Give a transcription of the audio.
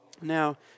Now